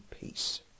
peace